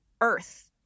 Earth